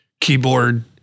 keyboard